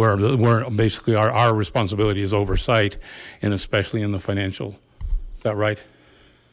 mayor the were basically our our responsibility is oversight and especially in the financial that right